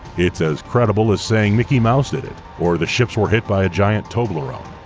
it's as credible as saying mickey mouse did it, or the ships were hit by a giant toblerone.